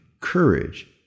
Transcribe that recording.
courage